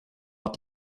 att